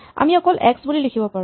আমি অকল এক্স বুলি লিখিব পাৰো